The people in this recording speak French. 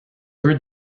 peu